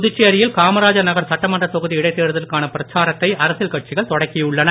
புதுச்சேரியில் காமராஜர் நகர் சட்டமன்றத் தொகுதி இடைத் தேர்தலுக்கான பிரச்சாரத்தை அரசியல் கட்சிகள் தொடக்கியுள்ளன